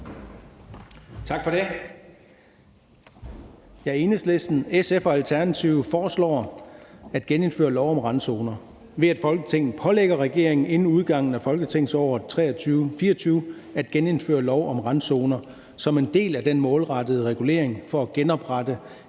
Tak for det.